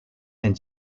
and